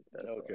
Okay